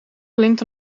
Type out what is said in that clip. gelinkt